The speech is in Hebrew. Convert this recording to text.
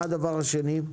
מה הדבר השני?